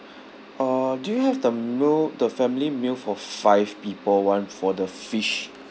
uh do you have the meal the family meal for five people [one] for the fish